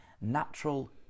natural